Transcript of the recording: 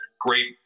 great